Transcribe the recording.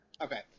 Okay